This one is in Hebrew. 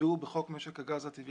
נקבעו בחוק משק הגז הטבעי.